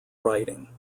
writing